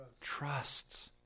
Trusts